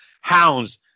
Hounds